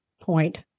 point